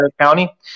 county